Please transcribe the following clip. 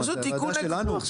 מה, זו הוועדה שלנו?